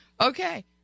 okay